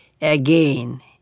Again